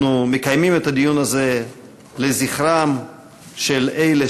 אנחנו מקיימים את הדיון הזה לזכרם של אלה